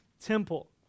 temple